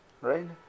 right